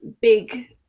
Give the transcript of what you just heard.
big